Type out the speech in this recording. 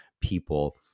people